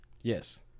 Yes